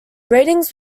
ratings